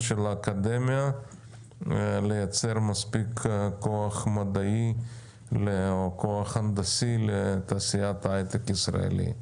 של האקדמיה לייצר מספיק כוח מדעי והנדסי לתעשיית ההייטק הישראלי.